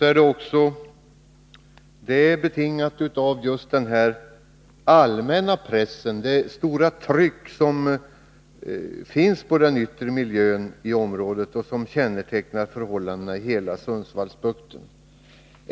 är det alltså betingat av den allmänna press, det stora tryck på den yttre miljön som kännetecknar förhållandena i hela Sundsvallsbukten.